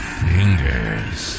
fingers